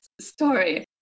story